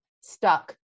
stuck